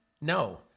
no